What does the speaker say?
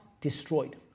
destroyed